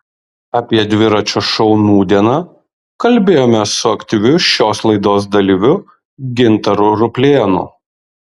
apie dviračio šou nūdieną kalbėjomės su aktyviu šios laidos dalyviu gintaru ruplėnu